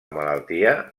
malaltia